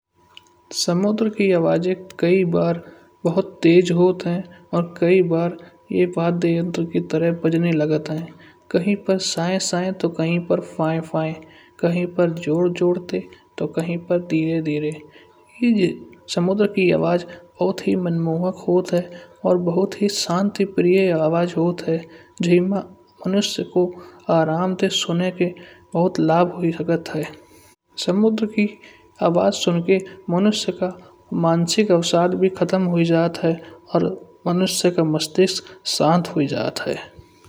समुद्र के आवाज़ें कई बार बहुत तेज होत। और कई बार या वाध यंत्र की तरह बजने लगत है। कहीं पर साये-साये। तो कहीं फई-फई। कहीं पर जोर जोरेट तो कहीं पर धीरे-धीरे। ई समुद्र की आवाज़ बहुत ही मनमोहक होत है। और बहुत ही शांति प्रिय या आवाज़ होत है। जे मा मनुष्य को आराम ते सोने के लिए बहुत लाभ हो सकत है। समुद्र के आवाज सुनके मनुष्य का मानसिक अवसाद भी खत्म हुई जात है। और मनुष्य का मस्तिष्क शांत हो जात है।